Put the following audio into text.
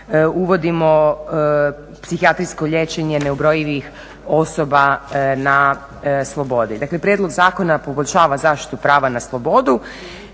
uvodimo psihijatrijsko liječenje neubrojivih osoba na slobodi. Dakle, prijedlog zakona poboljšava zaštitu prava na slobodu